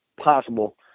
possible